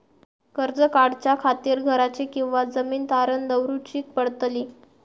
कर्ज काढच्या खातीर घराची किंवा जमीन तारण दवरूची पडतली?